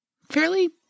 fairly